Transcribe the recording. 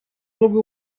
много